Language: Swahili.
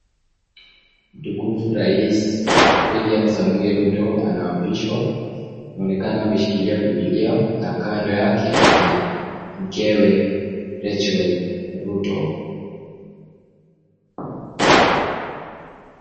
Mtukufu rais William Samoei Ruto anaapishwa anaonekana anashikilia biblia na kando yake ni mkewe Rachael Ruto .